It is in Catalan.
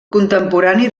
contemporani